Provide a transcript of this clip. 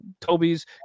toby's